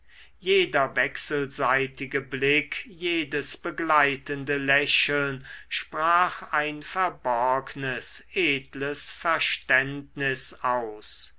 jeder wechselseitige blick jedes begleitende lächeln sprach ein verborgnes edles verständnis aus